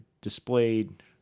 displayed